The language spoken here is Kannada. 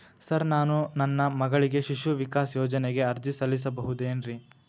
ಸರ್ ನಾನು ನನ್ನ ಮಗಳಿಗೆ ಶಿಶು ವಿಕಾಸ್ ಯೋಜನೆಗೆ ಅರ್ಜಿ ಸಲ್ಲಿಸಬಹುದೇನ್ರಿ?